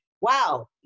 Wow